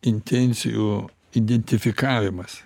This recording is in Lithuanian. intencijų identifikavimas